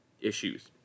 issues